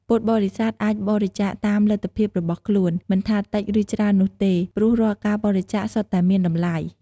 ពុទ្ធបរិស័ទអាចបរិច្ចាគតាមលទ្ធភាពរបស់ខ្លួន មិនថាតិចឬច្រើននោះទេ ព្រោះរាល់ការបរិច្ចាគសុទ្ធតែមានតម្លៃ។